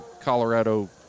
Colorado